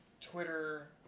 Twitter